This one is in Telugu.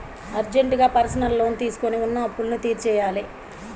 అర్జెంటుగా పర్సనల్ లోన్ తీసుకొని ఉన్న అప్పులన్నీ తీర్చేయ్యాలి